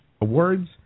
Awards